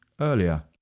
earlier